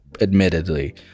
admittedly